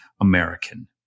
American